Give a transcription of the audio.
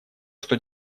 что